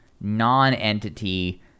non-entity